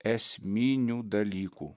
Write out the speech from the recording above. esminių dalykų